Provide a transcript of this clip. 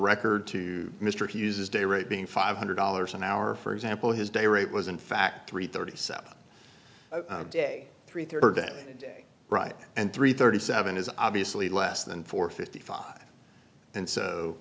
record to mr hughes's day rate being five hundred dollars an hour for example his day rate was in fact three thirty seven day three thirty am right and three thirty seven is obviously less than four fifty five and